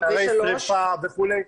אתרי שריפה וכולי,